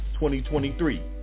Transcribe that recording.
2023